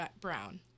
Brown